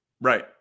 Right